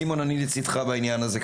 סימון אני לצידך בעניין הזה,